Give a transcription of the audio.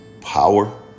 power